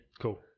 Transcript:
Cool